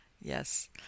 Yes